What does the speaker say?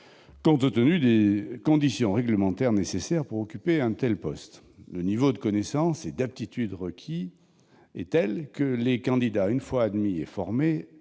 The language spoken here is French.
découle des conditions réglementaires nécessaires pour occuper un tel poste : le niveau de connaissances et d'aptitude requis est tel que les candidats, une fois admis et formés,